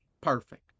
Perfect